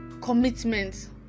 commitment